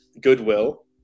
goodwill